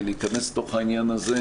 ולהיכנס לתוך העניין הזה,